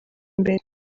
imbere